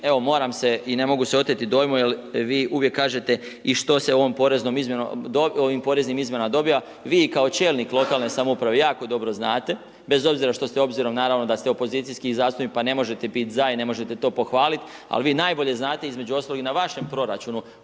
evo moram se i ne mogu se oteti dojmu jer vi uvijek kažete, i što se ovom poreznom izmjenom dobiva? Vi kao čelnik lokalne samouprave jako dobro znate, bez obzira što ste obzirom naravno da ste opozicijski zastupnik, pa ne možete biti za i ne možete to pohvaliti, ali vi najbolje znate između ostalog i na vašem proračunu